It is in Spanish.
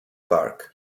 park